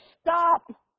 stop